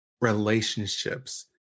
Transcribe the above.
relationships